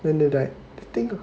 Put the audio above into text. then they like I think